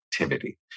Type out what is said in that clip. activity